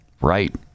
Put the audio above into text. right